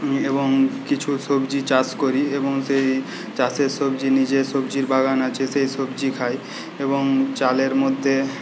এবং কিছু সবজি চাষ করি এবং সেই চাষের সবজি নিজের সবজির বাগান আছে সেই সবজি খাই এবং চালের মধ্যে